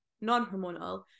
non-hormonal